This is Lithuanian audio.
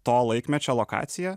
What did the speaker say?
to laikmečio lokacija